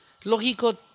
lógico